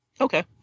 Okay